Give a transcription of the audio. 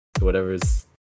whatever's